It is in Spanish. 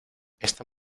esta